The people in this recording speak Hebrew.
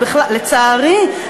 לצערי,